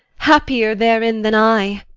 happier therein than i!